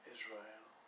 Israel